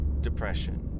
depression